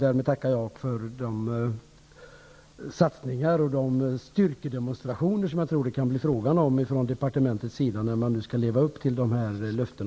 Därmed tackar jag för de satsningar och de styrkedemonstrationer som jag tror att det kan bli fråga om från departementets sida för att man nu skall leva upp till dessa löften.